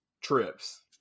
trips